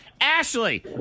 Ashley